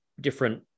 different